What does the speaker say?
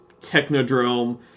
Technodrome